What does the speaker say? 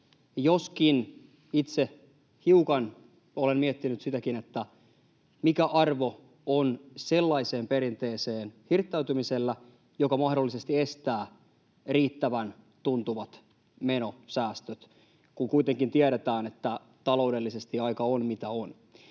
joskin itse hiukan olen miettinyt sitäkin, mikä arvo on sellaiseen perinteeseen hirttäytymisellä, joka mahdollisesti estää riittävän tuntuvat menosäästöt, kun kuitenkin tiedetään, että taloudellisesti aika on mitä on.